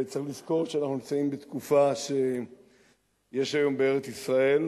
צריך לזכור שאנחנו נמצאים בתקופה שיש היום בארץ-ישראל,